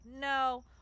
no